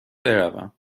بروم